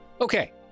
Okay